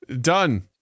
Done